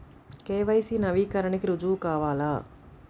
KYC నవీకరణకి రుజువు కావాలా?